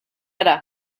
hará